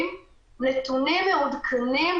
באמצעות החולים עצמם,